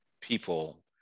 people